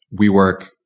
WeWork